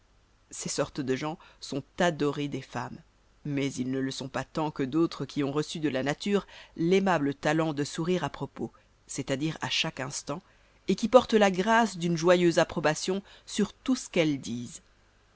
ces sortes de gens sont adorés des femmes mais ils ne le sont pas tant que d'autres qui ont reçu de la nature l'aimable talent de sourire à propos c'est-à-dire à chaque instant et qui portent la grâce d'une gracieuse approbation sur tout ce qu'elles disent